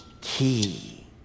Key